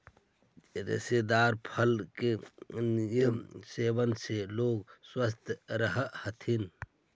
रेशेदार फल के नियमित सेवन से लोग स्वस्थ रहऽ हथी